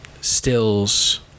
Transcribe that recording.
Stills